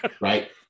Right